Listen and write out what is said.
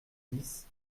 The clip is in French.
dix